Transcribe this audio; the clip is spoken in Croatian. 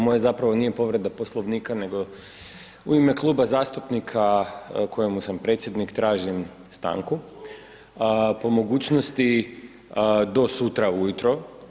Moje zapravo nije povreda Poslovnika nego u ime kluba zastupnika kojemu sam predsjednik tražim stanku po mogućnosti do sutra ujutro.